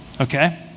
Okay